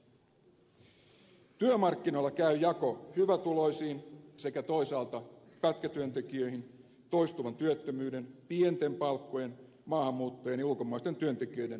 työmarkkinoilla käy jako hyvätuloisiin sekä toisaalta pätkätyöntekijöihin toistuvan työttömyyden pienten palkkojen maahanmuuttajien ja ulkomaisten työntekijöiden joustotyömarkkinoihin